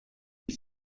ich